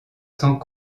sans